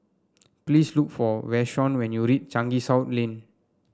please look for Vashon when you reach Changi South Lane